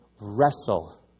wrestle